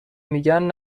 میگن